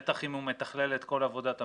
בטח אם הוא מתכלל את כל עבודת הממשלה.